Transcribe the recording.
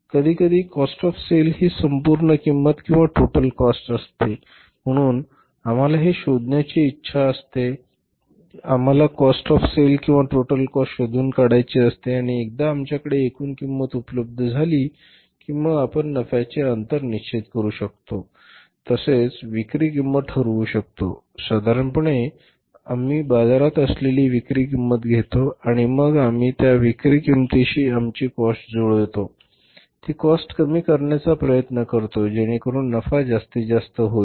कधीकधी cost of sale ही संपूर्ण किंमत किंवा टोटल काॅस्ट असते म्हणून आम्हाला हे शोधण्याची इच्छा असते आम्हाला काॅस्ट ऑफ सेल किंवा टोटल काॅस्ट शोधून काढायची असते आणि एकदा आमच्याकडे एकूण किंमत उपलब्ध झाली की मग आपण नफ्याचे अंतर निश्चित करू शकतो तसेच विक्री किंमत ठरवू शकतो साधारणपणे आम्ही बाजारात असलेली विक्री किंमत घेतो आणि मग आम्ही त्या विक्री किंमतीशी आमची काॅस्ट जुळवितो ती काॅस्ट कमी करण्याचा प्रयत्न करतो जेणेकरुन नफा जास्तीत जास्त होईल